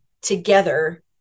together